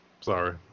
Sorry